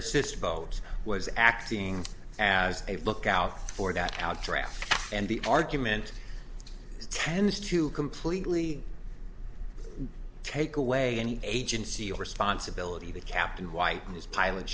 assisted boat was acting as a lookout for that outright and the argument tends to completely take away any agency or responsibility that captain white and his pilot